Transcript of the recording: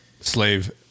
Slave